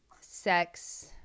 sex